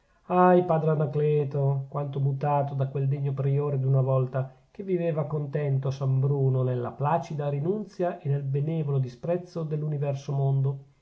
ahi padre anacleto quanto mutato da quel degno priore d'una volta che viveva contento a san bruno nella placida rinunzia e nel benevolo disprezzo dell'universo mondo